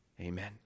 Amen